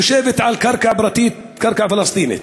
היא יושבת על קרקע פרטית, קרקע פלסטינית,